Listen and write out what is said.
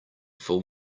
full